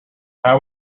how